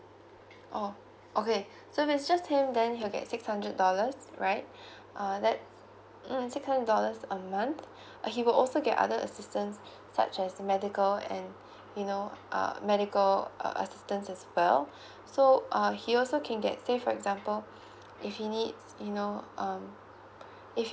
orh okay so if just him then he will get six hundred dollars right uh that mm six hundred dollars a month uh he will also get other assistance such as medical and you know uh medical uh assistance as well so uh he also can get say for example if he needs you know um if he